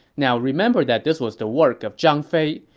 now remember that this was the work of zhang fei,